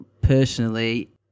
personally